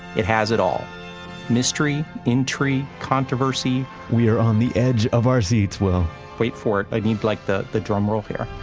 it has it all mystery, intrigue, controversy we are on the edge of our seats, will wait for it like and you'd like the the drum roll here